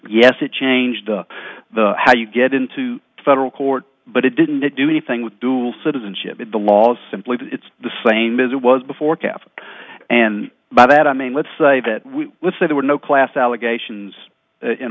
yes it changed the how you get into federal court but it didn't do anything with dual citizenship the law is simply the same as it was before caf and by that i mean let's say that we say there were no class allegations in